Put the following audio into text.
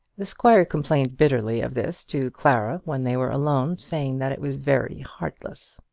the squire complained bitterly of this to clara when they were alone, saying that it was very heartless.